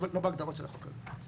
לא בהגדרות של החוק הזה.